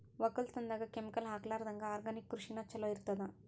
ಒಕ್ಕಲತನದಾಗ ಕೆಮಿಕಲ್ ಹಾಕಲಾರದಂಗ ಆರ್ಗ್ಯಾನಿಕ್ ಕೃಷಿನ ಚಲೋ ಇರತದ